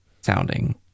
sounding